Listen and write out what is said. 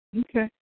Okay